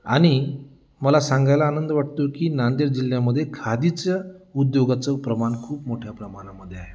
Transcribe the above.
आणि मला सांगायला आनंद वाटतो की नांदेड जिल्ह्यामध्ये खादीच्या उद्योगाचं प्रमाण खूप मोठ्या प्रमाणामध्ये आहे